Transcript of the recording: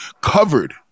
covered